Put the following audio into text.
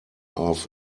auf